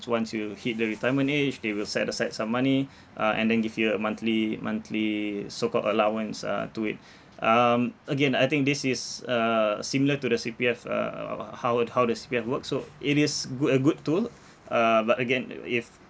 once you hit the retirement age they will set aside some money uh and then give you a monthly monthly so called allowance uh to it um again I think this is uh similar to the C_P_F uh of how uh how the C_P_F works so it is good a good tool uh but again uh if